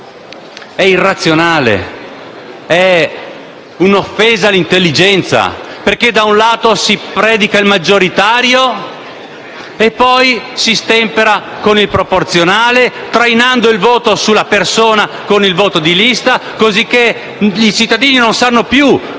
è irrazionale; è una offesa all'intelligenza perché, da un lato, si predica il maggioritario e, dall'altro, lo si stempera con il proporzionale trainando il voto sulla persona con il voto di lista. In questo modo i cittadini non sanno più che